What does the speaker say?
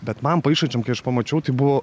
bet man paišančiam kai aš pamačiau tai buvo